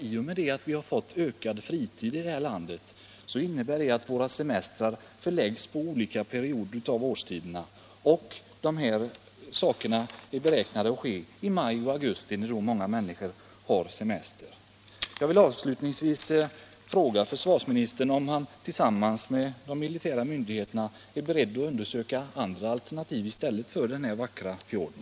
I och med att vi har fått ökad fritid i det här landet förläggs våra semestrar till olika perioder av året — och sprängningar och utbildning beräknas ske i maj och augusti, när många människor har semester. Jag vill avslutningsvis fråga försvarsministern om han är beredd att tillsammans med de militära myndigheterna undersöka andra alternativ än den här vackra fjorden.